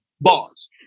Bars